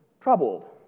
troubled